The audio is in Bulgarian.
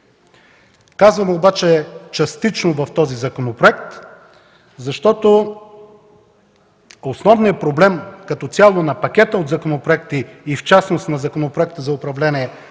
Казвам обаче „частично в този законопроект”, защото основният проблем като цяло на пакета от законопроекти и в частност на Законопроекта за управление